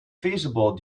feasible